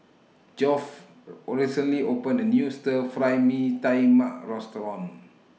Geoff recently opened A New Stir Fry Mee Tai Mak Restaurant